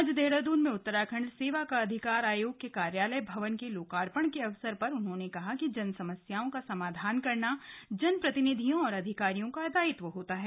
आज देहरादून में उत्तराखण्ड सेवा का अधिकार आयोग के कार्यालय भवन के लोकार्पण के अवसर पर उन्होंने कहा कि जन समस्याओं का समाधान करना जनप्रतिनिधियों और अधिकारियों का दायित्व होता है